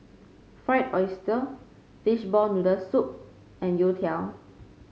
Fried Oyster Fishball Noodle Soup and youtiao